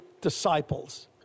disciples